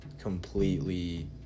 completely